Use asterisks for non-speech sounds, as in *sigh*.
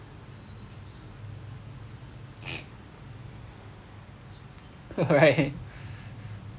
*breath* right *laughs*